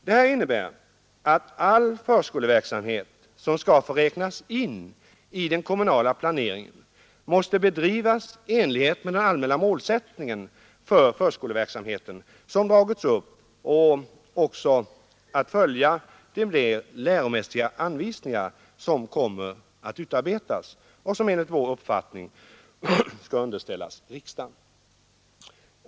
Detta innebär att all förskoleverksamhet som skall få räknas in i den kommunala planeringen måste bedrivas i enlighet med den allmänna målsättning för förskoleverksamheten som har dragits upp, och den måste också följa de mer ”läroplansmässiga” anvisningar som kommer att utarbetas och som enligt vår uppfattning skall underställas riksdagen.